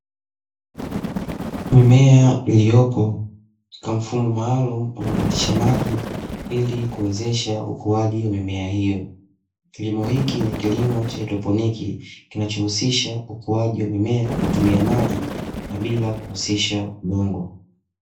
Mimea iliyopo katika mfumo maalumu unaopitisha maji ili kuwezesha ukuaji wa mimea hiyo. Kilimo hiki ni kilimo cha haidroponiki, kinachohusisha ukuaji wa mimea kwa kutumia maji na bila kuhusisha udongo.